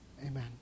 Amen